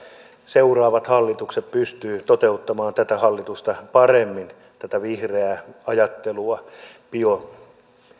seuraavat hallitukset pystyvät toteuttamaan tätä hallitusta paremmin tätä vihreää ajattelua